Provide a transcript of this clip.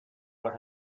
what